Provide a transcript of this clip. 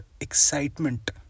excitement